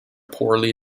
poorly